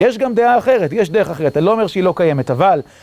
יש גם דעה אחרת, יש דרך אחרת, אני לא אומר שהיא לא קיימת, אבל...